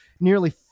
nearly